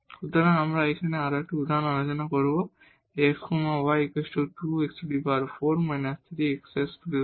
সুতরাং আমরা এখানে আরও একটি উদাহরণ আলোচনা করব x y 2 x4−3 x2y y2